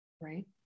right